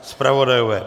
Zpravodajové?